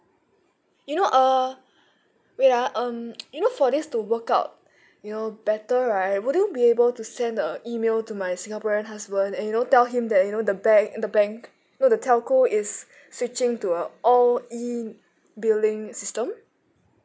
you know uh wait ah um you know for this to work out you know better right would you be able to send the email to my singaporean husband and you know tell him that you know the bank the bank no the telco is switching to a all E billing system